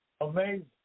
Amazing